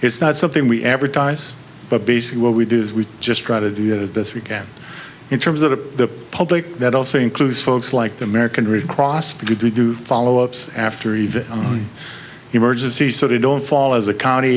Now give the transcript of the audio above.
it's not something we advertise but basically what we do is we just try to do that as best we can in terms of the public that also includes folks like the american red cross but you do follow ups after even on emergencies so they don't fall as a county